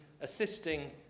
assisting